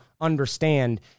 understand